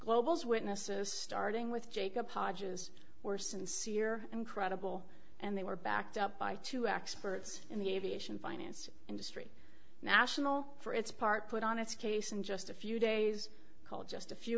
global's witnesses starting with jacob hodges were sincere and credible and they were backed up by two experts in the aviation finance industry national for its part put on its case in just a few days called just a few